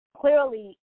clearly –